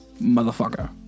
Motherfucker